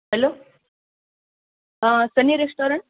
hello हा Sunny restaurant